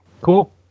Cool